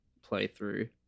playthrough